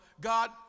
God